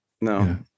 No